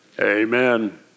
Amen